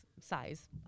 size